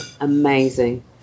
amazing